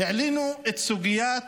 העלימו את סוגיית